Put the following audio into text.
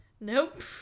Nope